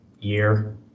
year